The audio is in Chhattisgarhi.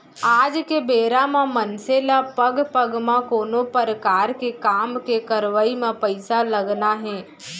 आज के बेरा म मनसे ल पग पग म कोनो परकार के काम के करवई म पइसा लगना हे